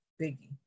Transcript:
biggie